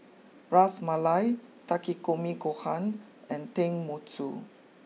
Ras Malai Takikomi Gohan and Tenmusu